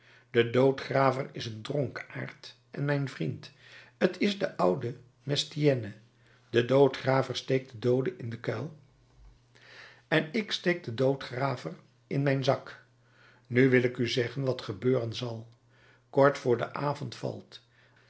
de doodgraver is een dronkaard en mijn vriend t is de oude mestienne de doodgraver steekt de dooden in den kuil en ik steek den doodgraver in mijn zak nu wil ik u zeggen wat gebeuren zal kort voor de avond valt